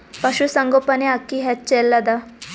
ಪಶುಸಂಗೋಪನೆ ಅಕ್ಕಿ ಹೆಚ್ಚೆಲದಾ?